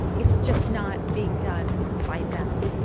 it's just not being done by them.